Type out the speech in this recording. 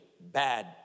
bad